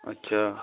अच्छा